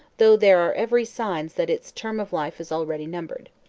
though there are every signs that its term of life is already numbered.